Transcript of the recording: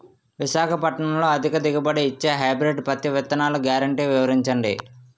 విశాఖపట్నంలో అధిక దిగుబడి ఇచ్చే హైబ్రిడ్ పత్తి విత్తనాలు గ్యారంటీ వివరించండి?